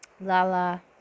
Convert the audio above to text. Lala